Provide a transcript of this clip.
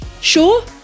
sure